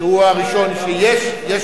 שהוא הראשון, שיש, יש